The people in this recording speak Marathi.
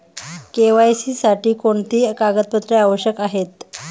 के.वाय.सी साठी कोणती कागदपत्रे आवश्यक आहेत?